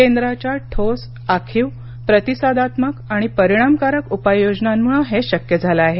केंद्राच्या ठोस आखीव प्रतिसादात्मक आणि परिणामकारक उपाययोजनांमुळे हे शक्य झाले आहे